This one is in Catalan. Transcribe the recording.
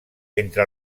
entre